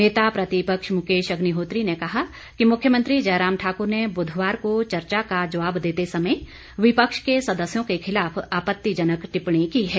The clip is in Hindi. नेता प्रतिपक्ष मुकेश अग्निहोत्री ने कहा कि मुख्यमंत्री जयराम ठाकुर ने बुधवार को चर्चा का जवाब देते समय विपक्ष के सदस्यों के खिलाफ आपत्तिजनक टिप्पणी की है